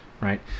right